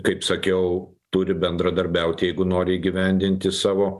kaip sakiau turi bendradarbiauti jeigu nori įgyvendinti savo